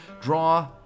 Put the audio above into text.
draw